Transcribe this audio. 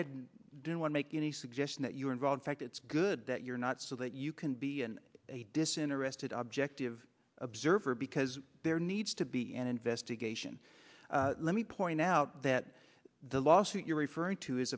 had didn't make any suggestion that you were involved fact it's good that you're not so that you can be and a disinterested objective observer because there needs to be an investigation let me point out that the lawsuit you're referring to is